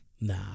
Nah